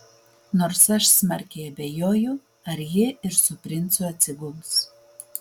nors aš smarkiai abejoju ar ji ir su princu atsiguls